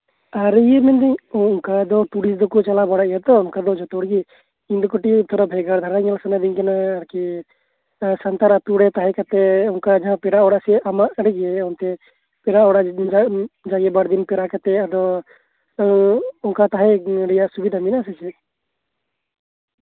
ᱟᱨ ᱤᱧᱤᱧ ᱢᱮᱱ ᱫᱟᱹᱧ ᱚᱱᱠᱟ ᱫᱚ ᱴᱩᱨᱤᱥᱴ ᱫᱚ ᱪᱟᱞᱟᱜ ᱵᱟᱲᱟ ᱜᱮᱭᱟ ᱛᱚ ᱚᱱᱠᱟ ᱫᱚ ᱡᱚᱛᱚ ᱦᱚᱲᱜᱮ ᱤᱧ ᱫᱚ ᱠᱟᱹᱴᱤᱡ ᱤᱧ ᱵᱷᱟᱜᱟᱨ ᱫᱷᱟᱨᱟ ᱵᱟᱹᱧ ᱪᱟᱞᱟᱜ ᱟᱨᱠᱤ ᱥᱟᱱᱛᱟᱲ ᱟᱹᱛᱩᱨᱮ ᱛᱟᱸᱦᱮ ᱠᱟᱛᱮᱜ ᱚᱱᱠᱟ ᱯᱮᱲᱟ ᱚᱲᱟᱜ ᱥᱮᱜ ᱟᱢᱟᱜ ᱠᱟᱹᱴᱤᱡ ᱚᱱᱛᱮ ᱯᱮᱲᱟ ᱚᱲᱟᱜ ᱢᱤᱫᱵᱟᱨ ᱫᱤᱱ ᱯᱮᱲᱟ ᱠᱟᱛᱮᱜ ᱟᱫᱚ ᱛᱳ ᱛᱟᱸᱦᱮ ᱨᱮᱭᱟᱜ ᱥᱩᱵᱤᱫᱷᱟ ᱢᱮᱱᱟᱜ ᱟᱥᱮ ᱪᱮᱫ